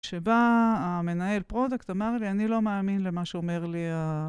כשבא המנהל פרודקט אמר לי, אני לא מאמין למה שאומר לי ה...